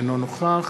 אינו נוכח